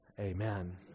Amen